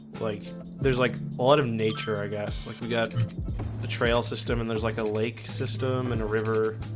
like there's like autumn nature, i guess like we got the trail system and there's like a lake system and a river